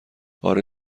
اره